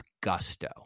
gusto